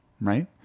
right